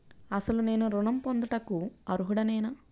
అసలు నేను ఋణం పొందుటకు అర్హుడనేన?